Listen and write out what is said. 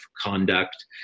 conduct